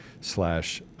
slash